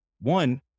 one